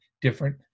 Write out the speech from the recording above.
different